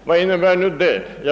rimlig. Vad innebär nu detta?